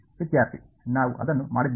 ವಿದ್ಯಾರ್ಥಿ ನಾವು ಅದನ್ನು ಮಾಡಿದ್ದೇವೆ